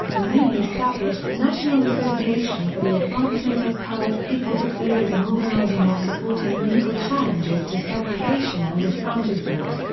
the newly established national association for the advancement of colored people took the lead in organizing or supporting legal challenges to segregation and disfranchisement.